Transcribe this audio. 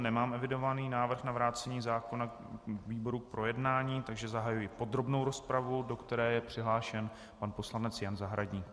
Nemám evidován návrh na vrácení zákona výborům k projednání, takže zahajuji podrobnou rozpravu, do které je přihlášen pan poslanec Jan Zahradník.